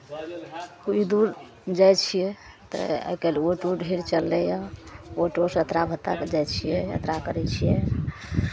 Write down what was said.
थोड़ी दूर जाइ छियै तऽ आइ काल्हि ऑटो ढेर चललैए ऑटोसण यात्रा भत्ता कऽ जाइ छियै यात्रा करै छियै